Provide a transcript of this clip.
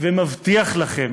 ומבטיח לכם: